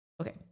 okay